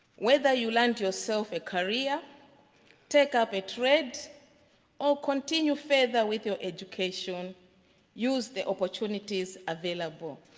whether you learned yourself a career take up a trade or continue further with your education use the opportunities available.